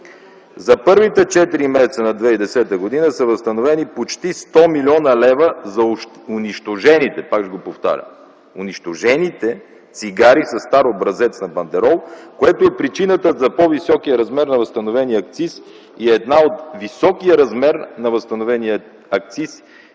За първите четири месеца на 2010 г. са възстановени почти 100 млн. лв. за унищожените, пак го повтарям, унищожените цигари със стар образец на бандерол, което е причината за по-високия размер на възстановения акциз и е една от причините за по-ниския